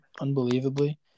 unbelievably